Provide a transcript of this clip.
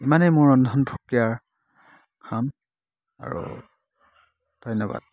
ইমানেই মোৰ ৰন্ধন প্ৰক্ৰিয়াৰ কাম আৰু ধন্যবাদ